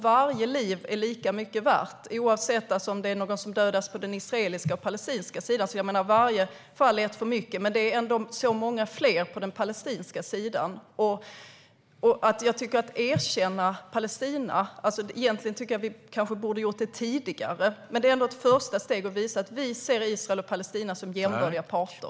Varje liv är lika mycket värt oavsett om människor dödas på den palestinska eller på den israeliska sidan. Varje fall är ett för mycket, men det handlar om så många fler på den palestinska sidan. Egentligen tycker jag att vi borde ha erkänt Palestina tidigare. Men det är ändå ett första steg att visa att vi ser Israel och Palestina som jämbördiga parter.